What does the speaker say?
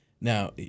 now